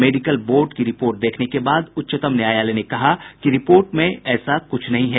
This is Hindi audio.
मेडिकल बोर्ड की रिपोर्ट देखने के बाद उच्चतम न्यायालय ने कहा कि रिपोर्ट में ऐसा कुछ नहीं है